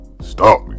Stop